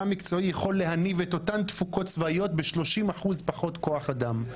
מקצועי יכול להניב את אותן תפוקות צבאיות ב-30% פחות כוח אדם.